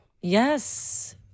Yes